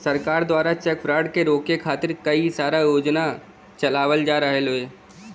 सरकार दवारा check fraud के रोके खातिर कई सारा योजना चलावल जा रहल हौ